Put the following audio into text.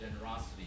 generosity